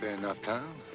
enough town.